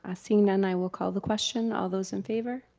ah seeing none, i will call the question, all those in favor?